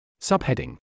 Subheading